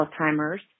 Alzheimer's